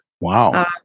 Wow